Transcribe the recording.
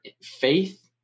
faith